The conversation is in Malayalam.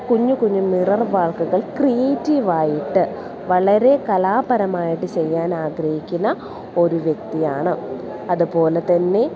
കുഞ്ഞു കുഞ് മിറർ വർക്കുകൾ ക്രിയേറ്റീവായിട്ട് വളരെ കലാപരമായിട്ട് ചെയ്യാൻ ആഗ്രഹിക്കുന്ന ഒരു വ്യക്തിയാണ് അതുപോലെത്തന്നെ